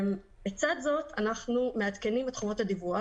לצד זאת אנחנו מעדכנים את חובות הדיווח.